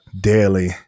daily